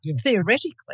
theoretically